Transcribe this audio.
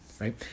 right